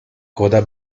coda